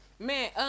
Man